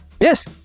Yes